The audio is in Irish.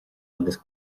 agus